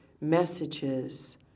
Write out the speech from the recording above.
messages